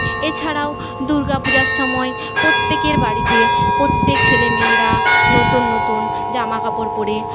এছাড়াও দুর্গা পূজার সময়ে প্রত্যেকের বাড়িতে প্রত্যেক ছেলে মেয়েরা নতুন নতুন জামাকাপড় পরে